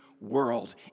world